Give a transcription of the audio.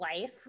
life